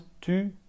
tu